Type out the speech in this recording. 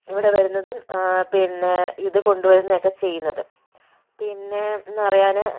ഇവിടെ വരുന്നതും പിന്നെ ഇത് കൊണ്ടുവരുന്നതൊക്കെ ചെയ്യുന്നത് പിന്നെയെന്ന് പറയാൻ